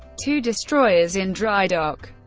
two destroyers in dry dock,